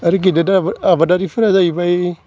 आरो गेदेर आबादारिफोरा जाहैबाय